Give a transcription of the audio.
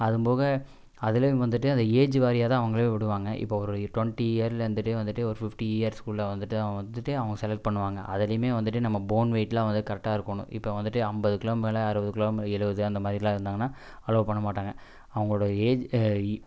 அதுவும் போக அதுலையும் வந்துகிட்டு அந்த ஏஜு வாரியாக தான் அவங்களையும் விடுவாங்க இப்போ ஒரு டுவெண்டி இயர்லேருந்துட்டே வந்துகிட்டு ஒரு ஃபிஃப்டி இயர்ஸ்க்குள்ளே வந்துகிட்டு அவன் வந்துகிட்டு அவங்க செலெக்ட் பண்ணுவாங்க அதுலையுமே வந்துகிட்டு நம்ம போன் வெயிட்லாம் வந்து கரெக்டாக இருக்கணும் இப்போ வந்துகிட்டு ஐம்பது கிலோ மேலே அறுபது கிலோ மே எழுபது அந்த மாதிரிலாம் இருந்தாங்கன்னா அலோவ் பண்ண மாட்டாங்கள் அவங்களோடய ஏஜ்